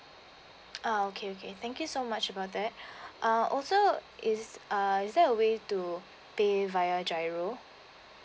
ah okay okay thank you so much about that uh also is uh is there a way to pay via G_I_R_O